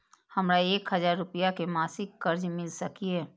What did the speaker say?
हमरा एक हजार रुपया के मासिक कर्ज मिल सकिय?